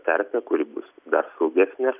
terpė kur bus dar saugesnė